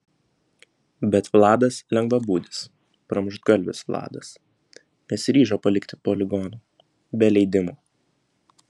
bet vladas lengvabūdis pramuštgalvis vladas nesiryžo palikti poligono be leidimo